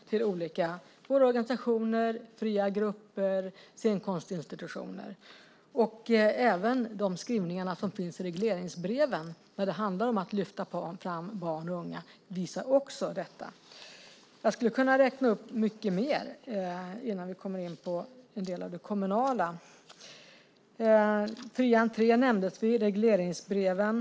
Det handlar om våra olika organisationer, fria grupper och scenkonstinstitutioner. Även de skrivningar som finns i regleringsbreven när det handlar om att lyfta fram barn och unga visar detta. Jag skulle kunna räkna upp mycket mer innan vi kommer in på en del av det kommunala. Vi nämnde fri entré i regleringsbreven.